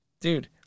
Dude